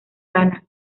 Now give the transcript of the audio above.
ghana